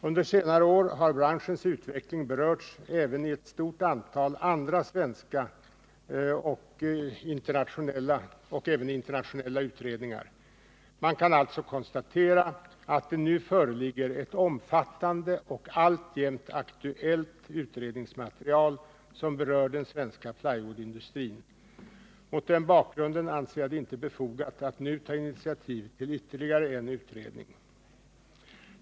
Under senare år har branschens utveckling berörts även i ett stort antal andra svenska och internationella utredningar. Man kan således konstatera att det nu föreligger ett omfattande och alltjämt aktuellt utredningsmaterial som berör den svenska plywoodindustrin. Mot den bakgrunden anser jag det inte befogat att nu ta initiativ till ytterligare en utredning.